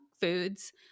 foods